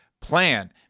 plan